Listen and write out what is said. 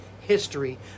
history